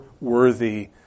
worthy